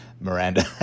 Miranda